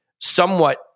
somewhat